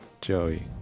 joey